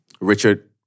Richard